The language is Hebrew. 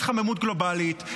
שאין התחממות גלובלית,